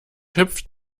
hüpft